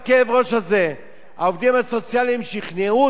העובדים הסוציאליים שכנעו אותך לוותר על זה.